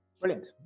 Brilliant